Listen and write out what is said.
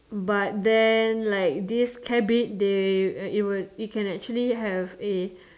but then like this cabbit they it will it can actually have a